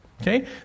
Okay